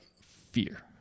fear